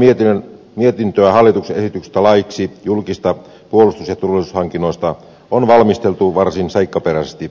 puolustusvaliokunnan mietintöä hallituksen esityksestä laiksi julkisista puolustus ja turvallisuushankinnoista on valmisteltu varsin seikkaperäisesti